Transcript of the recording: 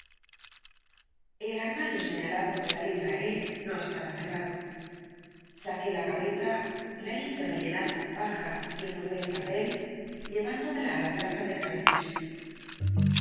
jektll el armario señalado con la letra e no estaba cerrado saqué la gaveta la hice rellenar con paja y envolver en papel llevándomela á la plaza de cavendish